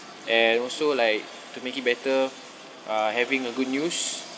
and also like to make it better uh having a good news